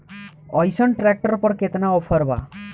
अइसन ट्रैक्टर पर केतना ऑफर बा?